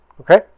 Okay